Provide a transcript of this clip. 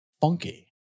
funky